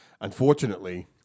Unfortunately